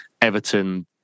Everton